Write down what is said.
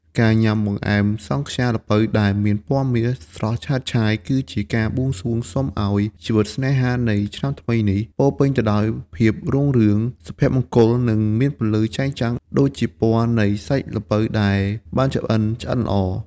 ការញ៉ាំបង្អែមសង់ខ្យាល្ពៅដែលមានពណ៌មាសស្រស់ឆើតឆាយ គឺជាការបួងសួងសុំឱ្យជីវិតស្នេហានៃឆ្នាំថ្មីនេះ ពោរពេញទៅដោយភាពរុងរឿង សុភមង្គល និងមានពន្លឺចែងចាំងដូចជាពណ៌នៃសាច់ល្ពៅដែលបានចម្អិនឆ្អិនល្អ។